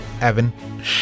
Evan